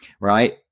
Right